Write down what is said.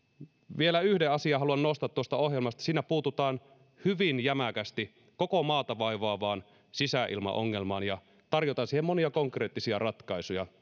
vielä yhden asian haluan nostaa tuosta ohjelmasta siinä puututaan hyvin jämäkästi koko maata vaivaavaan sisäilmaongelmaan ja tarjotaan siihen monia konkreettisia ratkaisuja